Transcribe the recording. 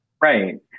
right